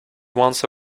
once